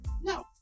No